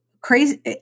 Crazy